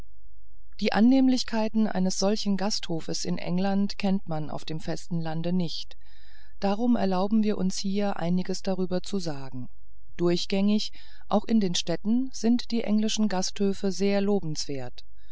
die annehmlichkeiten eines solchen gasthofes in england kennt man auf dem festen lande nicht darum erlauben wir uns hier einiges darüber zu sagen durchgängig auch in den städten sind die englischen gasthöfe sehr lobenswert